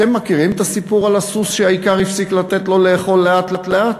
אתם מכירים את הסיפור על הסוס שהאיכר הפסיק לתת לו לאכול לאט-לאט?